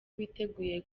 biteguye